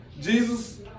Jesus